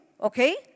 Okay